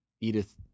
Edith